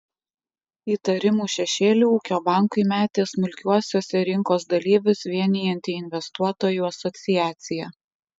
įtarimų šešėlį ūkio bankui metė smulkiuosiuose rinkos dalyvius vienijanti investuotojų asociacija